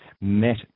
met